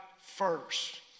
first